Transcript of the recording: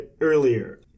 earlier